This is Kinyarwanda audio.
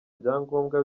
byangombwa